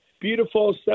beautiful